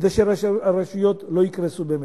כדי שראשי הרשויות לא יקרסו באמת.